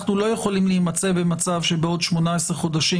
אנחנו לא יכולים להימצא במצב שבעוד 18 חודשים,